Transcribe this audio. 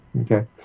Okay